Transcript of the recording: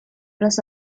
das